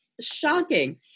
shocking